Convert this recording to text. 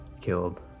killed